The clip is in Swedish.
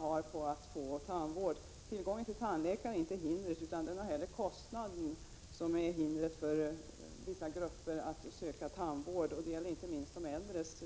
Det är inte tillgången till tandläkare som är ett hinder, utan det är nog snarare kostnaden som hindrar vissa grupper att efterfråga tandvård. Jag tänker inte minst på de äldres